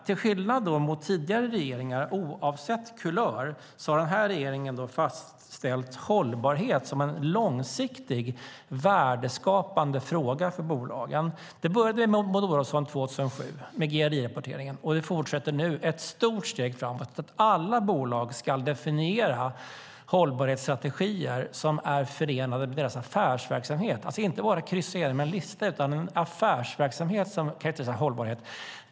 Till skillnad mot tidigare regeringar, oavsett kulör, har den här regeringen fastställt hållbarhet som en långsiktig värdeskapande fråga för bolagen. Det började med Maud Olofsson 2007 med GRI-rapporteringen och fortsätter nu. Det är ett stort steg framåt. Alla bolag ska definiera hållbarhetsstrategier som är förenade med deras affärsverksamhet. Det handlar inte bara om att kryssa igenom en lista utan om hållbarhet i ens affärsverksamhet.